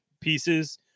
pieces